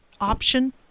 option